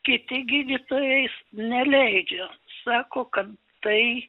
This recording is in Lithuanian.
kiti gydytojai s neleidžia sako kad tai